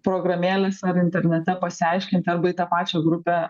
programėlėse ar internete pasiaiškinti arba į tą pačią grupę